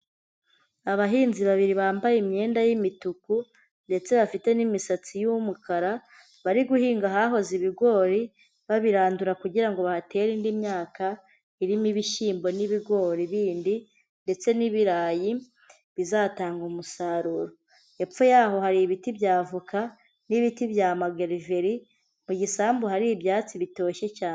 Abahinzi babiri bambaye imyenda y'imituku ndetse bafite n'imisatsi y'umukara, bari guhinga ahahoze ibigori babirandura kugira ngo bahatere indi myaka, irimo ibishyimbo n'ibigori bindi ndetse n'ibirayi bizatanga umusaruro, hepfo y'aho hari ibiti by'avoka n'ibiti bya mageriveri mu gisambu hari ibyatsi bitoshye cyane.